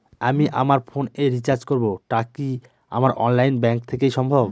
আমি আমার ফোন এ রিচার্জ করব টা কি আমার অনলাইন ব্যাংক থেকেই সম্ভব?